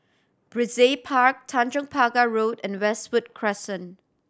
Brizay Park Tanjong Pagar Road and Westwood Crescent